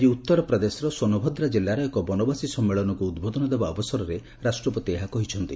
ଆଜି ଉତ୍ତର ପ୍ରଦେଶର ସୋନଭଦ୍ରା ଜିଲ୍ଲାର ଏକ ବନବାସୀ ସମ୍ମେଳନକ୍ ଉଦ୍ବୋଧନ ଦେବା ଅବସରରେ ରାଷ୍ଟ୍ରପତି ଏହା କହିଛନ୍ତି